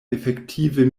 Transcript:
efektive